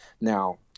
now